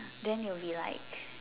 then it will be like